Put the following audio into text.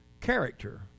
Character